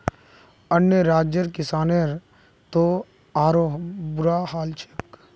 अन्य राज्यर किसानेर त आरोह बुरा हाल छेक